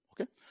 Okay